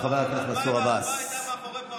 הלוואי שההצבעה הייתה מאחורי פרגוד.